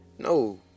No